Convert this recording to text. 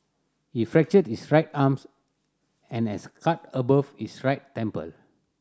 he fractured his right arms and has a cut above his right temple